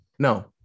no